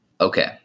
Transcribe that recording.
Okay